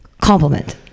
compliment